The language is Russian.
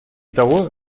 того